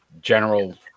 general